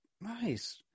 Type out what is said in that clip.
Nice